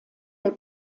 der